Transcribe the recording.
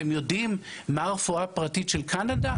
אתם יודעים מה הרפואה הפרטית של קנדה?